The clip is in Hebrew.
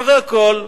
אחרי הכול,